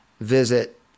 visit